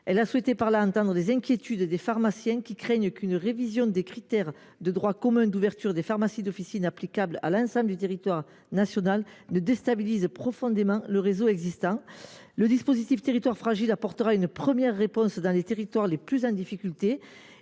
Elle a ainsi souhaité entendre les inquiétudes des pharmaciens, qui craignent qu’une révision des critères de droit commun d’ouverture des pharmacies d’officine applicables à l’ensemble du territoire national ne déstabilise profondément le réseau existant. Le dispositif Territoires fragiles apportera une première réponse dans les zones qui connaissent le plus de difficultés.